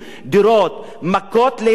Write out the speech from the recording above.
מכות לסטודנטים ערבים שם,